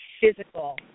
physical